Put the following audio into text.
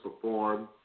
performed